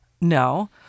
no